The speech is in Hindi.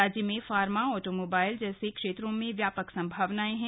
राज्य में फार्मा आटोमोबाइल आदि क्षेत्रों में व्यपाक संभावनाएं हैं